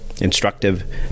instructive